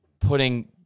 putting